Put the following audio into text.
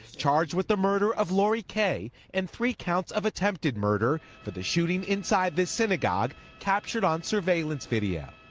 charged with the murder of lori kaye and three counts of attempted murder for the shooting inside this synagogue captured on surveillance video.